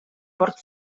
port